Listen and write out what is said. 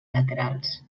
laterals